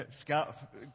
Scott